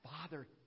Father